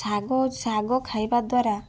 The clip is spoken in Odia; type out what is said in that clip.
ଶାଗ ଶାଗ ଖାଇବା ଦ୍ଵାରା